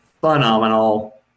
phenomenal